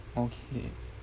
okay